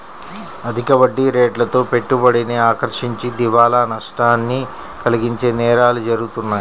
అధిక వడ్డీరేట్లతో పెట్టుబడిని ఆకర్షించి దివాలా నష్టాన్ని కలిగించే నేరాలు జరుగుతాయి